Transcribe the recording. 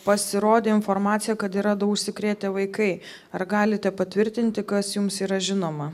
pasirodė informacija kad yra du užsikrėtę vaikai ar galite patvirtinti kas jums yra žinoma